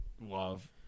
love